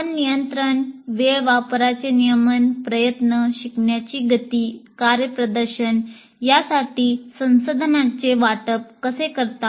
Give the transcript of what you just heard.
आपण नियंत्रण वेळ वापराचे नियमन प्रयत्न शिकण्याची गती आणि कार्यप्रदर्शन यासाठी संसाधनांचे वाटप कसे करता